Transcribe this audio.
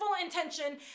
intention